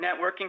networking